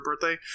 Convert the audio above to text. birthday